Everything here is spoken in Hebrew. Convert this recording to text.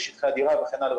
שטח הדירה וכן הלאה,